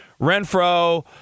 Renfro